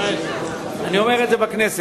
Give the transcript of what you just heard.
אני אומר את זה בכנסת.